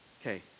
Okay